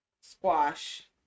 squash